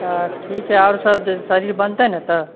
तऽ ठीक हय आओर सब शरीर बनतैे ने तब